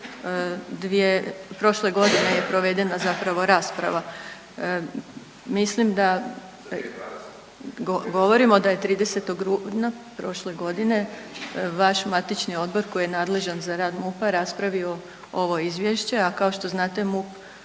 prošle godine je provedena zapravo rasprava. Mislim da .../Upadica se ne čuje./... govorimo da je 30. rujna prošle godine vaš matični odbor koji je nadležan za rad MUP-a raspravio ovo izvješće, a kao što znate, MUP